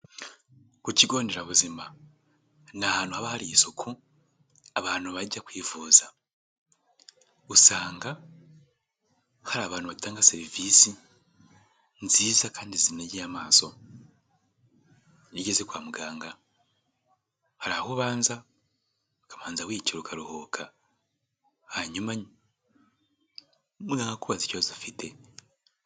Ku kigonderabuzima ni ahantu haba hari isuku abantu bajya kwivuza. Usanga hari abantu batanga serivisi nziza kandi zinogeye amaso. Iyo ugeze kwa muganga hari aho ubanza ukabanza wicara ukaruhuka. Hanyuma muganga akubaza ikibazo ufite.